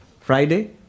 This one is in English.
Friday